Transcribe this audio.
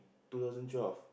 two thousand twelve